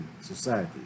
society